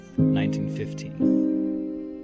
1915